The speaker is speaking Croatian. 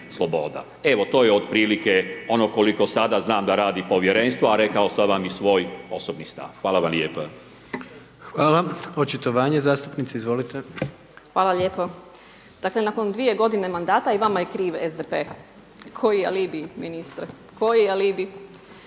sloboda. Evo, to je otprilike ono koliko sada znam da radi Povjerenstvo, a rekao sam vam i svoj osobni stav. Hvala vam lijepo. **Jandroković, Gordan (HDZ)** Hvala. Očitovanje zastupnici, izvolite. **Jerković, Romana (SDP)** Hvala lijepo. Dakle, nakon dvije godine mandata i vama je kriv SDP, koji alibi ministre, koji alibi.